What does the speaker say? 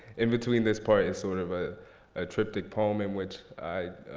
in between this part, it's sort of a ah triptych poem in which i